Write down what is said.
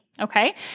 okay